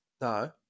No